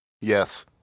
yes